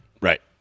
Right